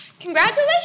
Congratulations